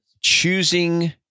choosing